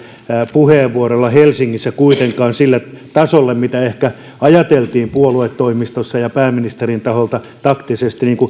puheenvuorolla kuitenkaan helsingissä sille tasolle mitä ehkä ajateltiin puoluetoimistossa ja pääministerin taholta että sitä voitaisiin käyttää taktisesti